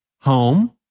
home